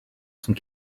sont